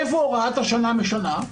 איפה הוראת השעה משנה?